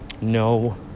no